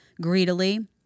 greedily